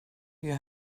you